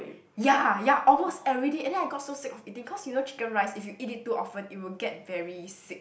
ya ya almost everyday and then I got so sick of eating cause you know chicken-rice if you eat it too often it will get very sick